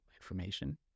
information